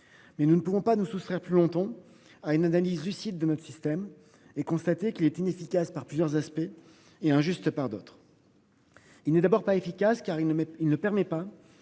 Mais nous ne pouvons pas nous soustraire plus longtemps à une analyse lucide de notre système et constaté qu'il était inefficace par plusieurs aspects et injuste par d'autres. Il n'est d'abord pas efficace car il ne mais